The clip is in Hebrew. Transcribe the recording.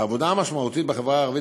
העבודה המשמעותית בחברה הערבית